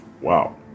Wow